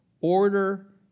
Order